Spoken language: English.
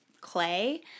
clay